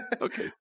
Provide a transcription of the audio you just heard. Okay